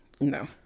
no